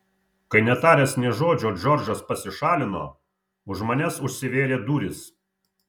kai netaręs nė žodžio džordžas pasišalino už manęs užsivėrė durys